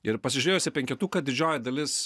ir pasižiūrėjus į penketuką didžioji dalis